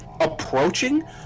approaching